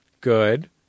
Good